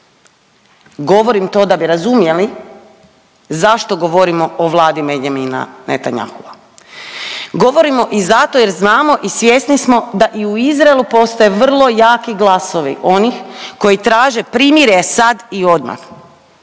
Govorim to da bi razumjeli zašto govorim o vladi Benjamina Netanyahua. Govorimo i zato jer znamo i svjesni smo da i u Izraelu postoje vrlo jaki glasovi onih koji traže primirje sad i odmah,